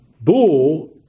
bull